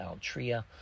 Altria